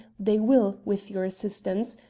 they will, with your assistance,